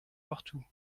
partout